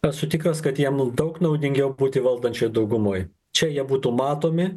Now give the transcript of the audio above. esu tikras kad jam bus daug naudingiau būti valdančioj daugumoj čia jie būtų matomi